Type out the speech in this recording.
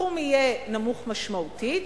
הסכום יהיה נמוך משמעותית,